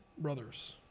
brothers